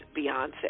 Beyonce